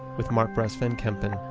with mark brest van kempen,